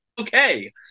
okay